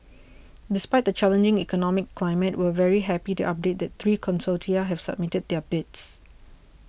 despite the challenging economic climate we're very happy to update that three consortia have submitted their bids